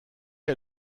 est